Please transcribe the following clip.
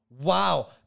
Wow